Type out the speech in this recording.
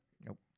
Nope